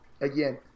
again